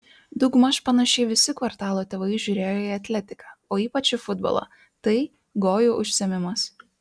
daugmaž panašiai visi kvartalo tėvai žiūrėjo į atletiką o ypač į futbolą tai gojų užsiėmimas